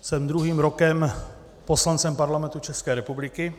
Jsem druhým rokem poslancem Parlamentu České republiky.